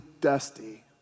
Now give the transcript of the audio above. dusty